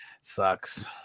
Sucks